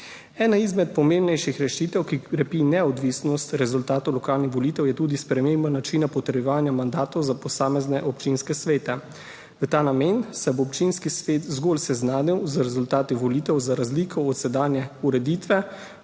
Ena izmed pomembnejših rešitev, ki krepijo neodvisnost rezultatov lokalnih volitev, je tudi sprememba načina potrjevanja mandatov za posamezne občinske svete. V ta namen se bo občinski svet zgolj seznanil z rezultati volitev, za razliko od sedanje ureditve,